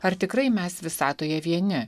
ar tikrai mes visatoje vieni